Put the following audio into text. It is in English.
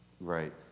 Right